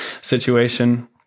situation